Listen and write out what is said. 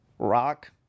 rock